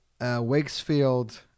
wakesfield